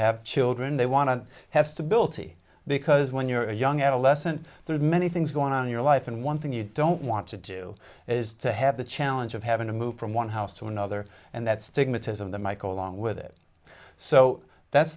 have children they want to have stability because when you're a young adolescent there are many things going on in your life and one thing you don't want to do is to have the challenge of having to move from one house to another and that stigmatism the michael along with it so that's